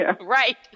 Right